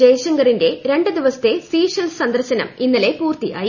ജയശങ്കറിന്റെ രണ്ടു ദിവത്തെ സീഷെൽസ് സന്ദർശനം ഇന്നലെ പൂർത്തിയായി